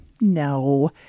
no